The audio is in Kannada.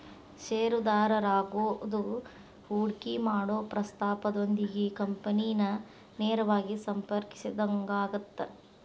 ಷೇರುದಾರರಾಗೋದು ಹೂಡಿಕಿ ಮಾಡೊ ಪ್ರಸ್ತಾಪದೊಂದಿಗೆ ಕಂಪನಿನ ನೇರವಾಗಿ ಸಂಪರ್ಕಿಸಿದಂಗಾಗತ್ತ